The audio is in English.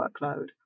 workload